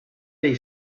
dei